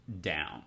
down